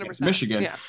Michigan